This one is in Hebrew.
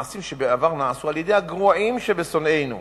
מעשים שבעבר נעשו על-ידי הגרועים שבשונאינו,